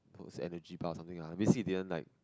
those energy bar something lah basically he didn't like